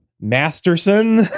Masterson